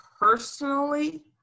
personally